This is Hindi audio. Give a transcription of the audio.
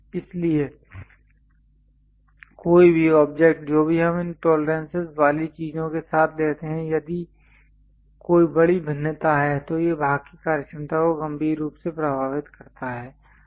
इसलिए कोई भी ऑब्जेक्ट जो भी हम इन टॉलरेंसेस वाली चीजों के साथ लेते हैं यदि कोई बड़ी भिन्नता है तो यह भाग की कार्यक्षमता को गंभीर रूप से प्रभावित करता है